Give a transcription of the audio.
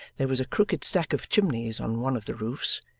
there was a crooked stack of chimneys on one of the roofs,